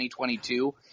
2022